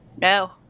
No